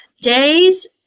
Day's